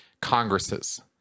congresses